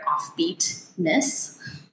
offbeatness